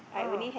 oh